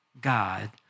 God